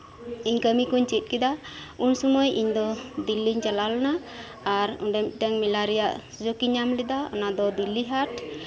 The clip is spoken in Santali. ᱤᱧ ᱠᱟᱹᱢᱤ ᱠᱚᱧ ᱪᱮᱫ ᱠᱮᱫᱟ ᱩᱱ ᱥᱚᱢᱚᱭ ᱤᱧ ᱫᱚ ᱫᱤᱞᱞᱤᱧ ᱪᱟᱞᱟᱣ ᱞᱮᱱᱟ ᱟᱨ ᱚᱸᱰᱮ ᱢᱤᱫᱴᱮᱱ ᱢᱮᱞᱟ ᱨᱮᱭᱟᱜ ᱥᱩᱡᱳᱜ ᱤᱧ ᱧᱟᱢ ᱞᱮᱫᱟ ᱚᱱᱟ ᱫᱚ ᱫᱤᱞᱞᱤ ᱦᱟᱴ